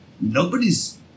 Nobody's